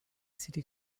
city